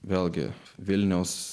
vėlgi vilniaus